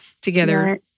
together